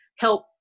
help